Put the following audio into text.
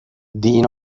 دین